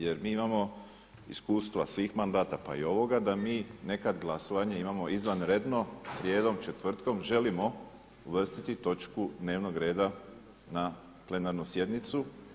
Jer mi imamo iskustva svih mandata, pa i ovoga da mi nekad glasovanje imamo izvanredno srijedom, četvrtkom, želimo uvrstiti točku dnevnog reda na plenarnu sjednicu.